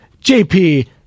JP